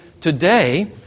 today